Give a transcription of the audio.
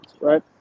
right